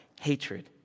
hatred